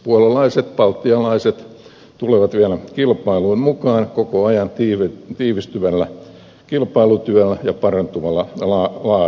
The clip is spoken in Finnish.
puolalaiset baltialaiset tulevat vielä kilpailuun mukaan koko ajan tiivistyvällä kilpailutyöllä ja parantuvalla laadulla